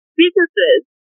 businesses